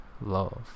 love